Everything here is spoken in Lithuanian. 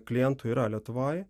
klientų yra lietuvoj